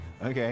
Okay